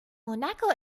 monaco